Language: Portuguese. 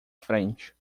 frente